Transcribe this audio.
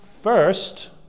First